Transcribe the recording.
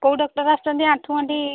କେଉଁ ଡକ୍ଟର ଆସୁଛନ୍ତି ଆଣ୍ଠୁ ଗଣ୍ଠି